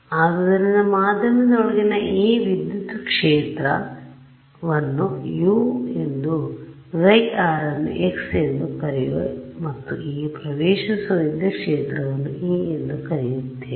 ಆದ್ದರಿಂದ ಮಾಧ್ಯಮದೊಳಗಿನ ಈ ವಿದ್ಯುತ್ ಕ್ಷೇತ್ರ ವನ್ನು u ಎಂದು χ ನ್ನು x ಎಂದು ಕರೆಯುವ ಮತ್ತು ಈ ಪ್ರವೇಶಿಸುವ ವಿದ್ಯುತ್ ಕ್ಷೇತ್ರವನ್ನು e ಎಂದು ಕರೆಯುತ್ತೇವೆ